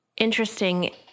Interesting